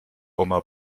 oma